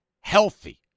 healthy